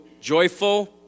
joyful